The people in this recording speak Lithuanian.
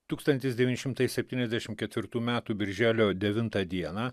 tūkstantis devyni šimtai septyniasdešim ketvirtų metų birželio devintą dieną